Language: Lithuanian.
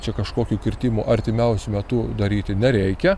čia kažkokio kirtimo artimiausiu metu daryti nereikia